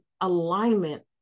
alignment